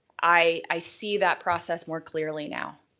i see that process more clearly now.